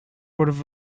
would